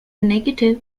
negative